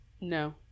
no